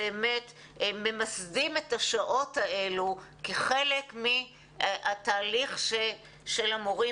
באמת ממסדים את השעות האלו כחלק מהתהליך של המורים